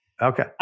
Okay